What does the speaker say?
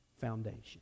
foundation